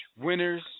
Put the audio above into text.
winners